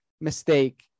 mistake